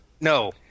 no